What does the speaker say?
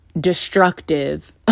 destructive